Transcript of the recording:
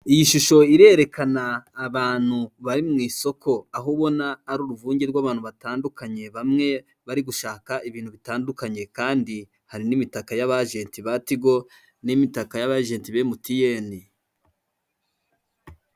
Iyi shusho irerekana abantu bari mu isoko aho ubona ari uruvunge rw'abantu batandukanye bamwe bari gushaka ibintu bitandukanye kandi hari n'imitaka y'abajenti ba tigo n'imitaka y'abajenti be emutiyeni.